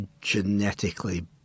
genetically